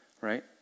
right